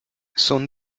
son